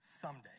someday